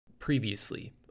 previously